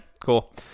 Cool